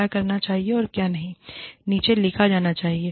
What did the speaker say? क्या करना चाहिए और क्या नहीं नीचे लिखा जाना चाहिए